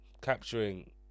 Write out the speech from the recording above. Capturing